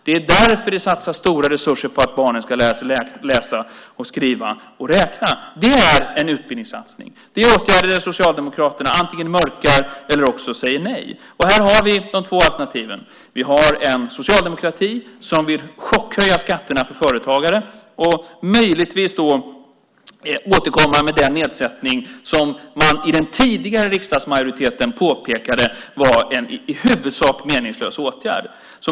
Det är därför vi satsar stora resurser på att barnen ska lära sig läsa, skriva och räkna. Det är en utbildningssatsning. Det är åtgärder som Socialdemokraterna antingen mörkar eller också säger nej till. Här har vi de två alternativen. Vi har en socialdemokrati, som vill chockhöja skatterna för företagare och möjligtvis återkomma med den nedsättning som man i den tidigare riksdagsmajoriteten påpekade var en i huvudsak meningslös åtgärd.